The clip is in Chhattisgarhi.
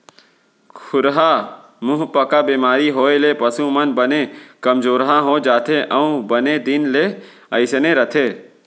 खुरहा मुहंपका बेमारी होए ले पसु मन बने कमजोरहा हो जाथें अउ बने दिन ले अइसने रथें